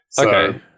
Okay